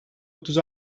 otuz